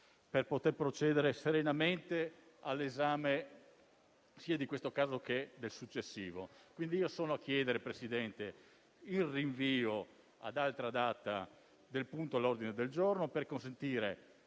per poter procedere serenamente all'esame sia di questo caso che del successivo. Chiedo pertanto il rinvio ad altra data del punto all'ordine del giorno per consentire